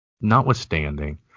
notwithstanding